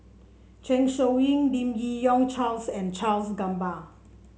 Zeng Shouyin Lim Yi Yong Charles and Charles Gamba